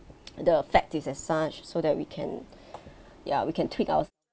the fact is as such so that we can ya we can tweak our